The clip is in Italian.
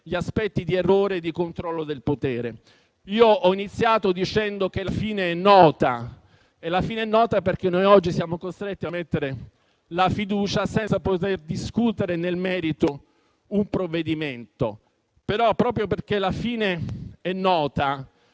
gli aspetti di errore e di controllo del potere. Ho iniziato dicendo che la fine è nota: è nota perché oggi siamo costretti a mettere la fiducia senza poter discutere nel merito un provvedimento. Proprio perché la fine è nota,